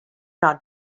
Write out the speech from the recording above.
not